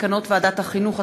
מסקנות עדת החינוך,